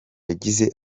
yagize